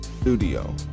studio